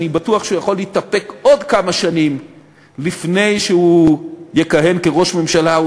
אני בטוח שהוא יכול להתאפק עוד כמה שנים לפני שהוא יכהן כראש ממשלה.